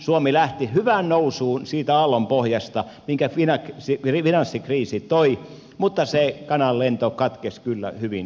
suomi lähti hyvään nousuun siitä aallonpohjasta minkä finanssikriisi toi mutta se kananlento katkesi kyllä hyvin lyhyeen